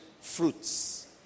fruits